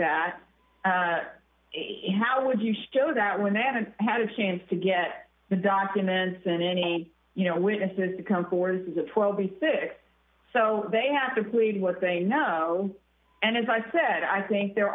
that how would you show that when they haven't had a chance to get the documents and any you know witnesses to come forward is a poor will be fixed so they have to read what they know and as i said i think there